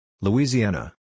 Louisiana